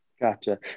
Gotcha